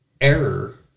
error